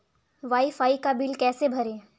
Wi fi का bill कैसे भरें?